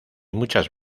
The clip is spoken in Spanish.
muchas